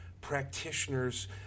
practitioners